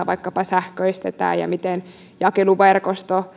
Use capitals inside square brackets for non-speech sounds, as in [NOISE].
[UNINTELLIGIBLE] vaikkapa autokantaa sähköistetään ja jakeluverkosto